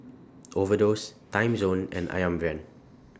Overdose Timezone and Ayam Brand